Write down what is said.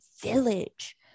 village